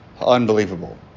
Unbelievable